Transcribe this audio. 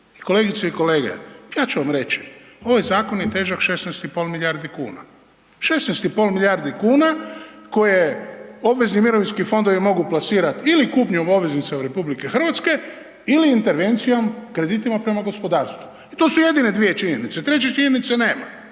kolegice i kolege, ja ću vam reći, ovaj zakon je težak 16 i pol milijardi kuna, 16 i pol milijardi kuna koje obvezni mirovinski fondovi mogu plasirat ili kupnjom obveznica od RH ili intervencijom kreditima prema gospodarstvu. I to su jedine dvije činjenice, treće činjenice nema.